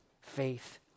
faith